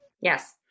Yes